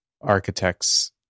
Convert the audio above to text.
architects